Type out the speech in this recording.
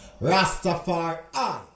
Rastafari